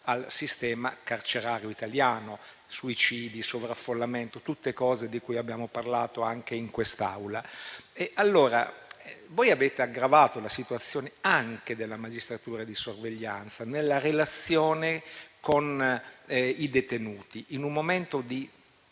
al sistema carcerario italiano: suicidi, sovraffollamento, tutte cose di cui abbiamo parlato anche in quest'Aula. Avete aggravato la situazione anche della magistratura di sorveglianza nella relazione con i detenuti, in un momento di